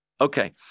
Okay